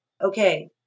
Okay